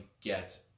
get